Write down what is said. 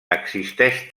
existeix